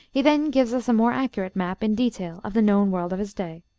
he then gives us a more accurate map, in detail, of the known world of his day.